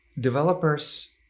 developers